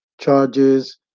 charges